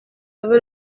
avec